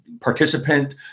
Participant